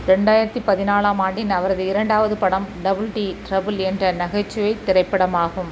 ரெண்டாயிரத்து பதினாலாம் ஆண்டின் அவரது இரண்டாவது படம் டபுள் டி ட்ரபிள் என்ற நகைச்சுவைத் திரைப்படமாகும்